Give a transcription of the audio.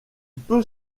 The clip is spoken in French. peut